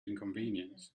inconvenience